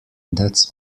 that’s